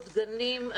גנים,